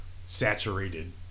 saturated –